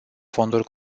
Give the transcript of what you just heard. fonduri